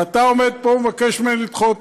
ואתה עומד פה ומבקש ממני לדחות